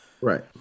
Right